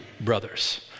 brothers